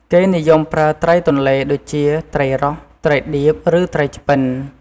គេនិយមប្រើត្រីទន្លេដូចជា ត្រីរ៉ស់ ត្រីឌៀប ឬត្រីឆ្ពិន។